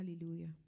Hallelujah